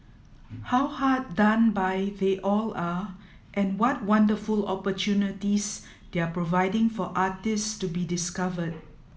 how hard done by they all are and what wonderful opportunities they're providing for artists to be discovered